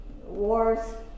wars